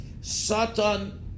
Satan